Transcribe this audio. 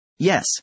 Yes